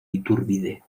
iturbide